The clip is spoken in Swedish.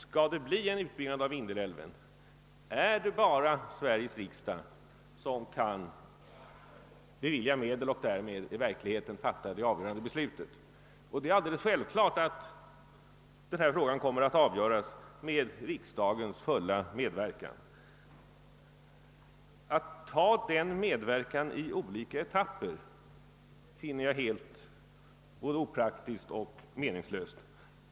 Skall det bli en utbyggnad av Vindelälven är det bara Sveriges riksdag som kan bevilja medel härför och alltså i verkligheten fatta det avgörande beslutet. Det är alldeles självklart att denna fråga kommer att avgöras med riksdagens fulla medverkan. Att ta den medverkan i olika etapper finner jag opraktiskt och meningslöst.